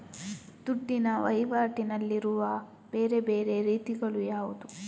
ದುಡ್ಡಿನ ವಹಿವಾಟಿನಲ್ಲಿರುವ ಬೇರೆ ಬೇರೆ ರೀತಿಗಳು ಯಾವುದು?